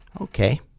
Okay